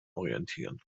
orientieren